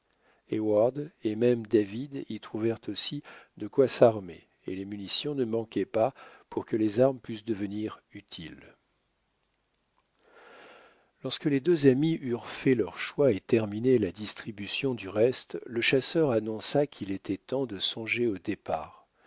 et même david y trouvèrent aussi de quoi s'armer et les munitions ne manquaient pas pour que les armes pussent devenir utiles lorsque les deux amis eurent fait leur choix et terminé la distribution du reste le chasseur annonça qu'il était temps de songer au départ